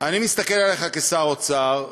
אני מסתכל עליך כשר האוצר,